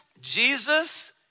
Jesus